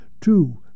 two